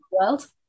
world